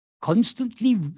constantly